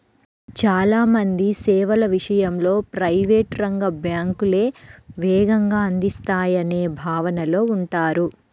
చాలా మంది సేవల విషయంలో ప్రైవేట్ రంగ బ్యాంకులే వేగంగా అందిస్తాయనే భావనలో ఉంటారు